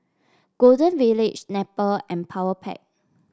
Golden Village Snapple and Powerpac